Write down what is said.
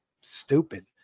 stupid